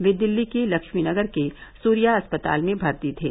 वह दिल्ली के लक्ष्मीनगर के सूर्या अस्पताल में भर्ती थे